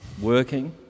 working